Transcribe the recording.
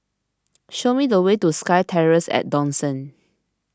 show me the way to SkyTerrace at Dawson